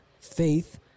faith